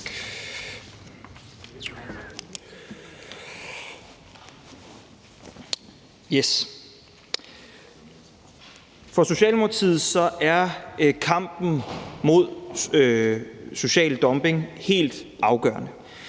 For Socialdemokratiet er kampen mod social dumping helt afgørende.